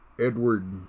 edward